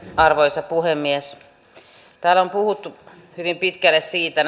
arvoisa puhemies täällä näissä puheissa on puhuttu hyvin pitkälle siitä